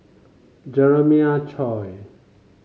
Jeremiah Choy